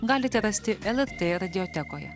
galite rasti lrt radiotekoje